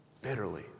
bitterly